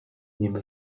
nim